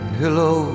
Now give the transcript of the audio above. hello